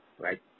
right